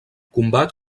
combat